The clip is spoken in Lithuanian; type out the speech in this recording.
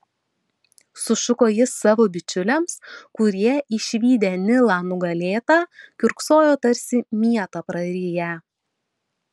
sušuko jis savo bičiuliams kurie išvydę nilą nugalėtą kiurksojo tarsi mietą prariję